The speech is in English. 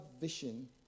vision